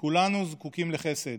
"כולנו זקוקים לחסד,